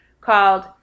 called